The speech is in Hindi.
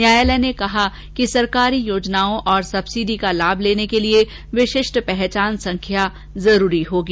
न्यायालय ने कहा कि सरकारी योजनाओं और सबसिडी का लाभ लेने के लिए विशिष्ट पहचान संख्या जरूरी होगी